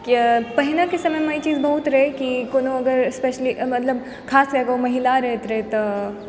किए पहिने कऽ समयमे ई चीज बहुत रहै कि कोनो अगर स्पेशली मतलब खास कए कऽ महिला रहैत रहै तऽ